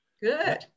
Good